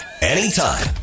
anytime